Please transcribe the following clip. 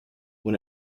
when